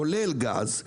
כולל גז,